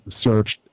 searched